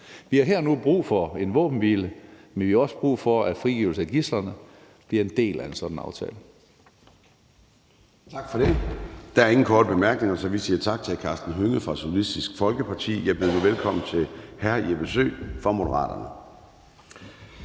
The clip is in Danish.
Vi har her og nu brug for en våbenhvile, men vi har også brug for, at en frigivelse af gidslerne bliver en del af en sådan aftale.